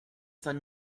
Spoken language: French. cinq